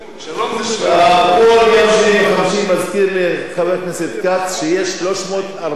מזכיר לי חבר הכנסת כץ שיש 345,000 מתיישבים,